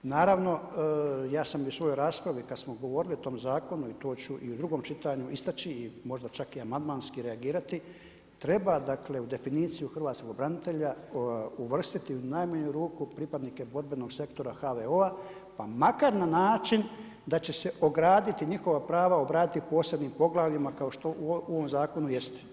Naravno ja sam i u svojoj raspravi kada smo govorili o tom zakonu i to ću i u drugom čitanju istaći i možda čak i amandmanski reagirati, treba dakle u definiciju hrvatskog branitelja uvrstiti u najmanju ruku pripadnike borbenog sektora HVO-a pa makar na način da će se ograditi njihova prava obraditi u posebnim poglavljima kao što u ovom zakonu jeste.